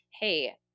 Hey